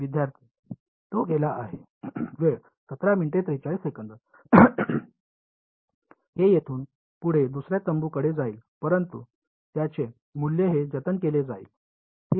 विद्यार्थी तो गेला आहे हे येथून पुढे दुसर्या तंबूकडे जाईल परंतु त्याचे मूल्य हे जतन केले जाईल